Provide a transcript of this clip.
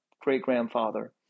great-grandfather